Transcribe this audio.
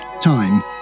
time